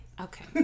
okay